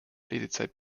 redezeit